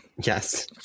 yes